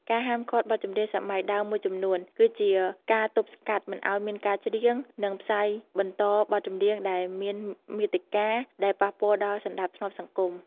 ការហាមឃាត់បទចម្រៀងសម័យដើមមួយចំនួន គឺជាការទប់ស្កាត់មិនឲ្យមានការច្រៀង និងផ្សាយបន្តបទចម្រៀងដែលមានមាតិកា ដែលប៉ះពាល់ដល់សណ្តាប់ធ្នាប់សង្គម។